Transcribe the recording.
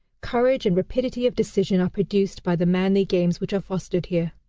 courage, and rapidity of decision are produced by the manly games which are fostered here.